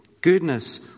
Goodness